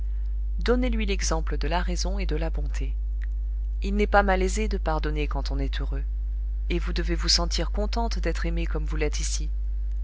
donnez-lui l'exemple de la raison et de la bonté il n'est pas malaisé de pardonner quand on est heureux et vous devez vous sentir contente d'être aimée comme vous l'êtes ici